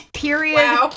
Period